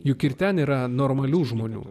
juk ir ten yra normalių žmonių